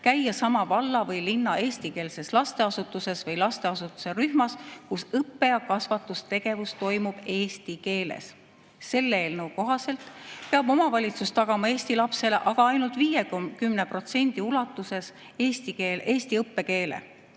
käia sama valla või linna eestikeelses lasteasutuses või lasteasutuse rühmas, kus õppe- ja kasvatustegevus toimub eesti keeles. Selle eelnõu kohaselt peab omavalitsus tagama eesti lapsele aga ainult 50% ulatuses eesti õppekeele.